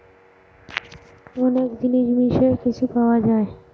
অনেক জিনিস মিশিয়ে কিছু পাওয়া যায়